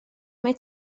mae